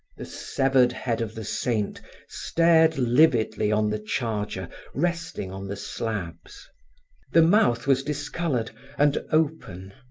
the severed head of the saint stared lividly on the charger resting on the slabs the mouth was discolored and open,